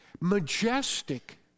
majestic